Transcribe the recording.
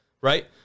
right